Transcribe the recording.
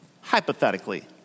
Hypothetically